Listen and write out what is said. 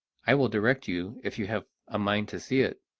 i will direct you if you have a mind to see it.